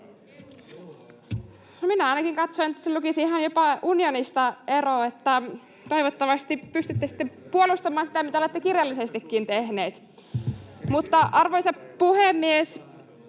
Minä ainakin katsoin, että tässä lukisi ihan jopa unionista ero, niin että toivottavasti pystytte sitten puolustamaan sitä, mitä olette kirjallisestikin tehneet. Mutta, arvoisa puhemies...